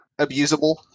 abusable